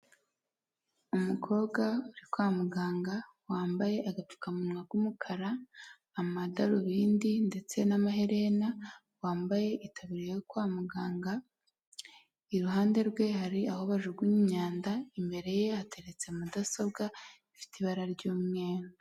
Umukobwa uri kwa muganga wambaye agapfukamunwa k'umukara amadarubindi ndetse n'amaherena wambaye itaburiya yo kwa muganga iruhande rwe hari aho bajugunya imyanda imbere ye hateretse mudasobwa ifite ibara ry'umweru.